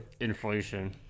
inflation